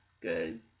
good